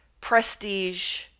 prestige